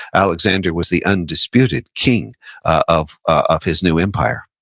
alexander was the undisputed king of of his new empire